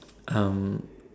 um